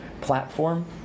platform